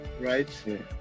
right